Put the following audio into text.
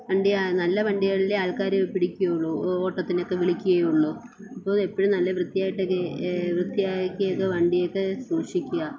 വണ്ടി ആ നല്ല വണ്ടികളിലേ ആൾക്കാർ പിടിക്കുള്ളൂ ഓട്ടത്തിനൊക്കെ വിളിക്കുകയുള്ളൂ അപ്പോൾ എപ്പോഴും നല്ല വൃത്തിയായിട്ടൊക്കെ വൃത്തിയാക്കിയൊക്കെ വണ്ടിയൊക്കെ സൂക്ഷിക്കുക